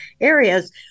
areas